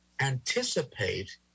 anticipate